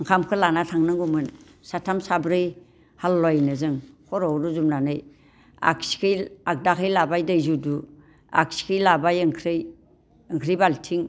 ओंखामखौ लाना थांनांगौमोन साथाम साब्रै हालुवायनो जों खर'आव रुजुनानै आगसिखै आगदाखै लाबाय दै जुदु आगसिखै लाबाय ओंख्रि ओंख्रि बाल्थिं